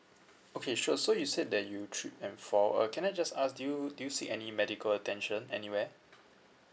okay sure so you said that you tripped and fall uh can I just ask did you did you seek any medical attention anywhere